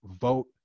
vote